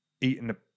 eating